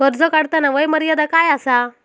कर्ज काढताना वय मर्यादा काय आसा?